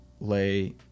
lay